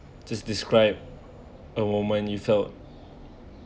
just described a woman you felt